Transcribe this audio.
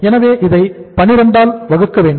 எனவே இதை 12 ஆல் வகுக்க வேண்டும்